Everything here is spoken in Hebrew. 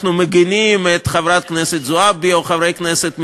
אנחנו מגנים את חברת הכנסת זועבי או חברי כנסת מבל"ד,